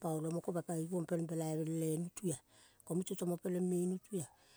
Pa olomo kopa pai givong pel pelaivele nutua. Ko mute tomo peleng me nutua.